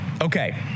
Okay